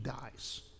dies